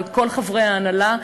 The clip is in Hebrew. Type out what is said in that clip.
אבל כל חברי ההנהלה.